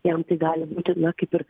jam tai gali būti na kaip ir